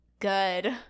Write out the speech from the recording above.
Good